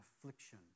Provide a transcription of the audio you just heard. affliction